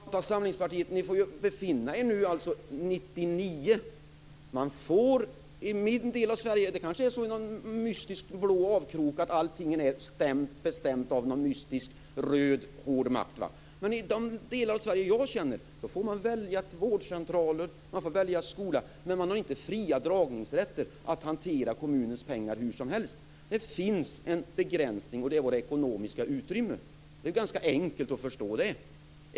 Fru talman! Moderata samlingspartiet, ni befinner er i 1999. Det är kanske så i en mystisk blå avkrok av landet att allting bestäms av någon mystisk röd hård makt. Men i de delar av Sverige jag känner till får man välja vårdcentral och skola, men man har inte fria dragningsrätter att hantera kommunens pengar hur som helst. Det finns en begränsning, och det är det ekonomiska utrymmet. Det är enkelt att förstå det.